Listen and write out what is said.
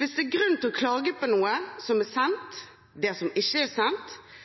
Hvis det er grunn til å klage på noe som er sendt, eller på noe som ikke er sendt,